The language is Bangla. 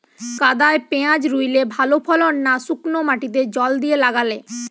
কাদায় পেঁয়াজ রুইলে ভালো ফলন না শুক্নো মাটিতে জল দিয়ে লাগালে?